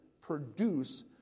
produce